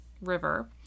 river